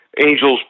Angels